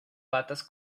patas